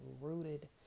rooted